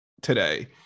today